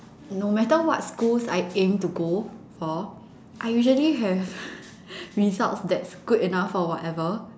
no matter what schools I aim to go for I usually have results that's good enough for whatever